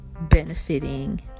benefiting